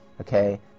Okay